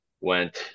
went